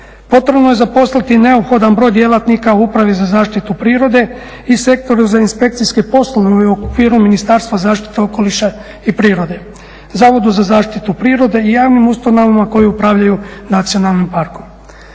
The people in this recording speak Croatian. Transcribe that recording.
Potrebno je zaposliti neophodan broj djelatnika u upravi za zaštitu prirode i sektora za inspekcijske poslove u okviru Ministarstva zaštite okoliša i prirode, Zavodu za zaštitu prirode i javnim ustanovama koje upravljaju nacionalnim parkom.